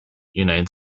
united